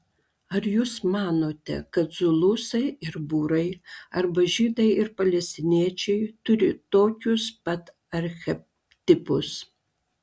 ar jūs manote kad zulusai ir būrai arba žydai ir palestiniečiai turi tokius pat archetipus